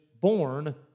born